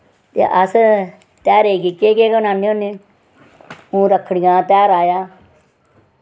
ते अस तेहारें गी केह् केह् बनाने होन्ने हून रक्खड़ियें दा तेहार आया